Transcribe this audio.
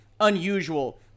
unusual